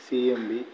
C M P